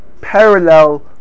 Parallel